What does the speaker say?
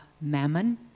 mammon